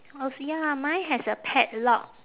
also ya mine has a padlock